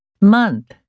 Month